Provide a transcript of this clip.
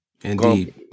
Indeed